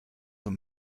were